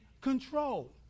control